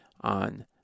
on